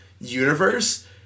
universe